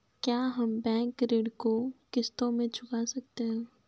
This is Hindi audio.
क्या हम बैंक ऋण को किश्तों में चुका सकते हैं?